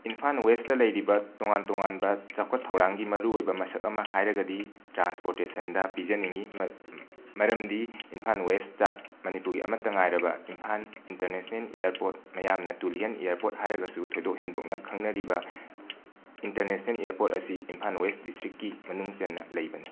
Imphal west ꯂꯩꯔꯤꯕ ꯇꯣꯉꯥꯟ ꯇꯣꯉꯥꯟꯕ ꯆꯥꯎꯈꯠ ꯊꯧꯔꯥꯡꯒꯤ ꯃꯔꯨꯑꯣꯏꯕ ꯃꯁꯛ ꯑꯃ ꯍꯥꯏꯔꯒꯗꯤ ꯇ꯭ꯔꯥꯟꯁꯄꯣꯔꯇꯦꯁꯟꯗ ꯄꯤꯖꯅꯤꯡꯏ ꯃ ꯃ ꯃꯔꯝꯗꯤ ꯏꯝꯐꯥꯜ ꯋꯦꯁꯇ ꯃꯅꯤꯄꯨꯔꯒꯤ ꯑꯃꯠꯇ ꯉꯥꯏꯔꯕ ꯏꯝꯐꯥꯜ ꯏꯟꯇꯔꯅꯦꯁꯅꯦꯜ ꯏꯌꯥꯔꯄꯣꯠ ꯃꯌꯥꯝꯅ ꯇꯨꯂꯤꯍꯜ ꯏꯌꯥꯔꯄꯣꯔꯠ ꯍꯥꯏꯔꯒꯁꯨ ꯊꯣꯏꯗꯣꯛ ꯍꯦꯟꯗꯣꯛꯅ ꯈꯪꯅꯔꯤꯕ ꯏꯟꯇꯔꯅꯦꯁꯦꯜ ꯏꯌꯥꯔꯄꯣꯠ ꯑꯁꯤ ꯏꯝꯐꯥꯜ ꯋꯦꯁ ꯗꯤꯁꯇ꯭ꯔꯤꯛꯀꯤ ꯃꯅꯨꯡ ꯆꯟꯅ ꯂꯩꯕꯅꯤ